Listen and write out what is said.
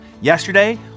Yesterday